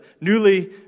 newly